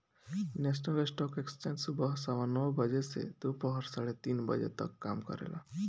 national Stock Exchange सुबह सवा नौ बजे से दोपहर साढ़े तीन बजे तक काम करेला